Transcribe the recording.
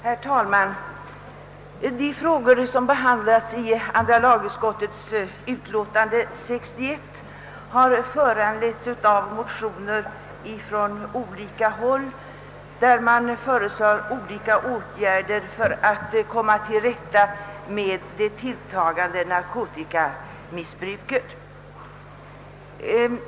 Herr talman! De frågor som behandlas i andra lagutskottets utlåtande nr 61 har föranletts av motioner från olika håll, i vilka föreslagits åtgärder för att komma till rätta med det tilltagande narkotikamissbruket.